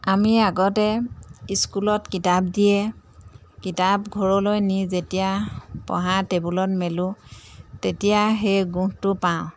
আমি আগতে স্কুলত কিতাপ দিয়ে কিতাপ ঘৰলৈ নি যেতিয়া পঢ়াৰ টেবুলত মেলোঁ তেতিয়া সেই গোন্ধটো পাওঁ